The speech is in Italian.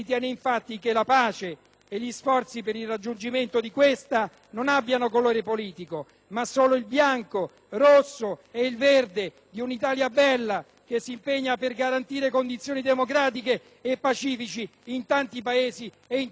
e gli sforzi per il raggiungimento di questa, non abbiano colore politico, ma solo il bianco rosso e verde di una Italia bella, che si impegna per garantire condizioni democratiche e pacifiche in tanti Paesi, in tante realtà.